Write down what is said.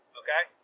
okay